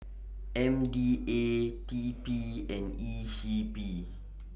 M D A T P and E C P